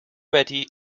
betty